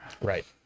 Right